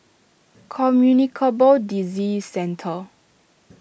Communicable Disease Centre